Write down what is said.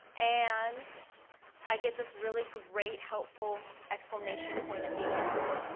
and i get this really great helpful exclamation point at the end.